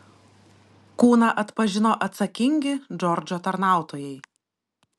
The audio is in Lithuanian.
kūną atpažino atsakingi džordžo tarnautojai